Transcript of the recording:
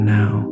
now